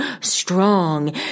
strong